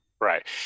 Right